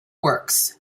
works